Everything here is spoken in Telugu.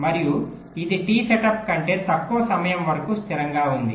మరియు ఇది టి సెటప్ కంటే తక్కువ సమయం వరకు స్థిరంగా ఉంది